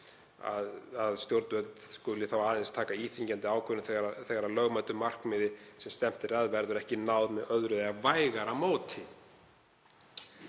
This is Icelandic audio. að stjórnvöld skuli þá aðeins taka íþyngjandi ákvörðun þegar lögmætu markmiði, sem stefnt er að, verður ekki náð með öðru eða vægara móti.